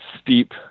steep